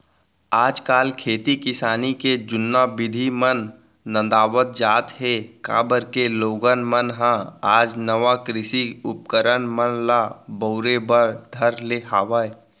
आज काल खेती किसानी के जुन्ना बिधि मन नंदावत जात हें, काबर के लोगन मन ह आज नवा कृषि उपकरन मन ल बउरे बर धर ले हवय